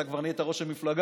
אתה כבר נהיית ראש המפלגה,